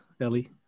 Ellie